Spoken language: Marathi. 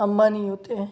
अंबानी होते